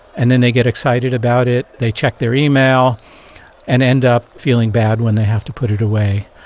and then they get excited about it, they check their email and end up feeling bad when they have to put it away.